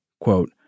quote